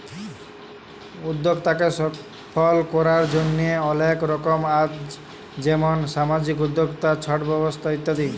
উদ্যক্তাকে সফল করার জন্হে অলেক রকম আছ যেমন সামাজিক উদ্যক্তা, ছট ব্যবসা ইত্যাদি